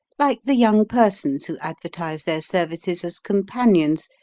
like the young persons who advertise their services as companions,